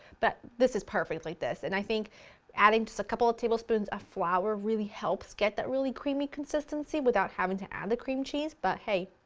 but this is perfect like this, and i think adding just a couple of tablespoons of flour really helps get that really creamy consistency without having to add the cream cheese but hey,